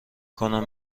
کنم